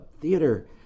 theater